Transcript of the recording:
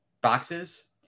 boxes